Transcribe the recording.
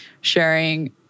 sharing